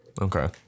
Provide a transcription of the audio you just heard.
Okay